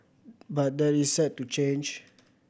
but that is set to change